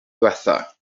ddiwethaf